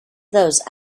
those